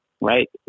Right